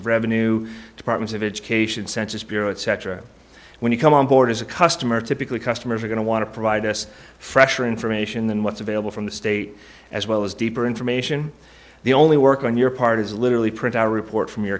of revenue department of education census bureau etc when you come on board as a customer typically customers are going to want to provide us fresher information than what's available from the state as well as deeper information the only work on your part is literally print out a report from your